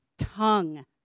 tongue